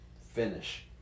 finish